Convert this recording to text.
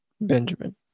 Benjamin